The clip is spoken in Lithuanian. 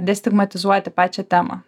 destigmatizuoti pačią temą